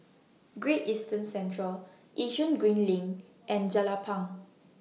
Great Eastern Centre Yishun Green LINK and Jelapang